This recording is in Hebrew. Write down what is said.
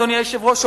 אדוני היושב-ראש,